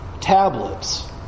tablets